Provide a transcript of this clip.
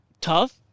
tough